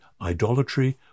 Idolatry